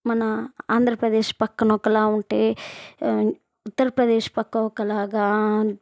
మన ఆంధ్రప్రదేశ్ పక్కన ఒకలా ఉంటే ఉత్తరప్రదేశ్ పక్క ఒకలాగా